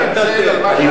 תודה רבה לך, אדוני.